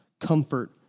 comfort